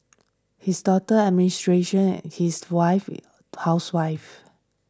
his daughter administration and his wife housewife